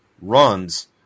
runs